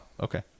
okay